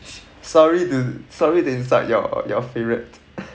sorry to sorry to insult your your favourite